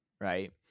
Right